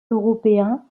européens